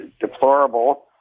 deplorable